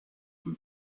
from